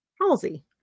Halsey